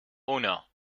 uno